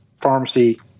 pharmacy